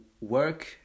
work